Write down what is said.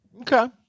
okay